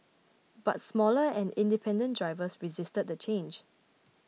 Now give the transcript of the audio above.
but smaller and independent drivers resisted the change